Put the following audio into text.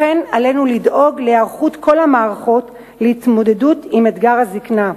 לכן עלינו לדאוג להיערכות כל המערכות להתמודדות עם אתגר הזיקנה.